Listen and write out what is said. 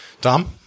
Tom